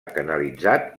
canalitzat